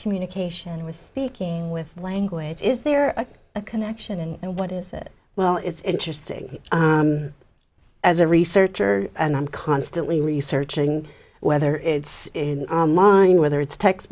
communication with speaking with language is there a connection and what is it well it's interesting as a researcher and i'm constantly researching whether it's mine whether it's text